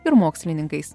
ir mokslininkais